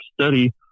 study